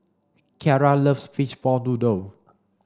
Kiara loves fishball noodle